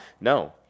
no